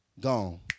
Gone